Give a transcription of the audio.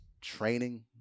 training